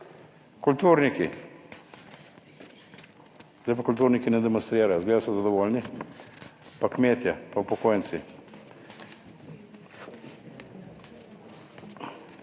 kulturniki. Zdaj pa kulturniki ne demonstrirajo, izgleda so zadovoljni. Pa kmetje pa upokojenci,